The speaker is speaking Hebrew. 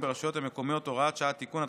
ברשויות המקומיות (הוראת שעה) (תיקון),